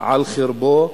על חרבו,